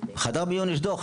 בחדר מיון יש דו"ח.